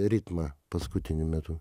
ritmą paskutiniu metu